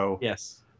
Yes